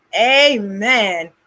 amen